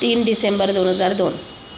तीन डिसेंबर दोन हजार दोन